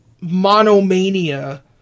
monomania